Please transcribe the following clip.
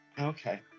Okay